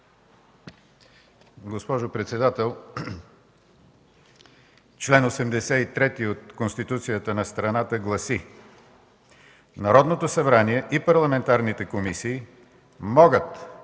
Госпожо председател, чл. 83 от Конституцията на страната гласи: „Народното събрание и парламентарните комисии могат